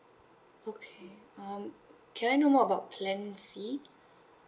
okay um can I know more about plan C